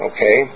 Okay